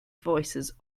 voices